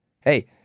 Hey